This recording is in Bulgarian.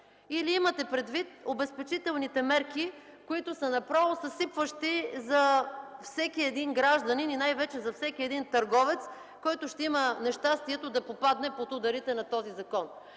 или имате предвид обезпечителните мерки, които са направо съсипващи за всеки един гражданин, и най-вече за всеки един търговец, който ще има нещастието да попадне под ударите на този закон?